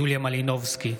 יוליה מלינובסקי,